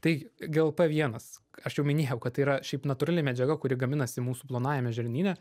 tai glp vienas aš jau minėjau kad tai yra šiaip natūrali medžiaga kuri gaminasi mūsų plonajame žarnyne